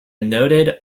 noted